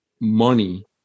money